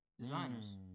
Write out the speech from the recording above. Designers